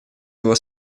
его